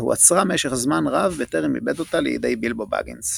והוא אצרה משך זמן רב בטרם איבד אותה לידי בילבו בגינס.